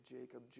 Jacob